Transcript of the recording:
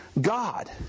God